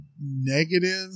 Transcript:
negative